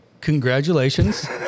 congratulations